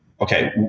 okay